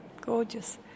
Gorgeous